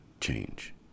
change